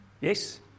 Yes